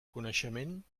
coneixement